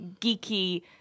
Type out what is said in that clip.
geeky